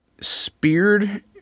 speared